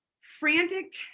frantic